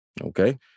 Okay